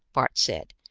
bart said,